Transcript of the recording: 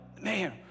man